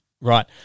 Right